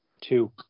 Two